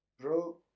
Bro